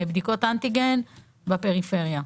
בדיקות אנטיגן בפריפריה.